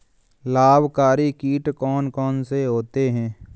लाभकारी कीट कौन कौन से होते हैं?